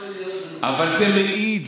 אבל זה מעיד,